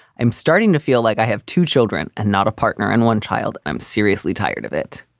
i'm starting to feel like i have two children and not a partner and one child. i'm seriously tired of it.